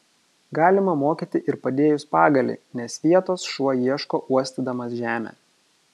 galima mokyti ir padėjus pagalį nes vietos šuo ieško uostydamas žemę